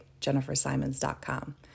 jennifersimons.com